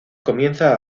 comienza